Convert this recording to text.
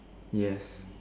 yes